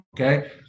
okay